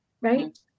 right